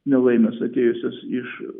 nelaimes atėjusius iš